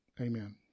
amen